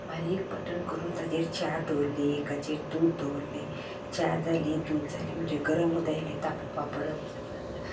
बारीक बटन करून ताजेर च्या दवरल्ली एकाचेर दूद दवरल्लें च्या जाली दूद जालें म्हणटगीर गरम उदक इल्लें तापोवपाक परत